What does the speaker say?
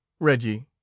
Reggie